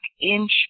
inch